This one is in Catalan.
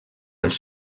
els